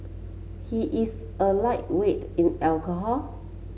he is a lightweight in alcohol